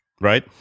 right